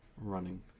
Running